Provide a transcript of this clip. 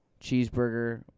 cheeseburger